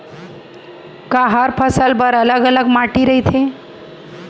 का हर फसल बर अलग अलग माटी रहिथे?